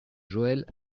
joël